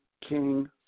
king